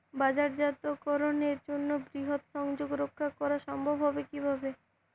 বাজারজাতকরণের জন্য বৃহৎ সংযোগ রক্ষা করা সম্ভব হবে কিভাবে?